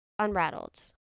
unrattled